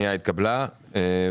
הצבעה בעד,